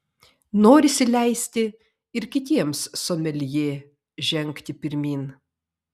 norisi leisti ir kitiems someljė žengti pirmyn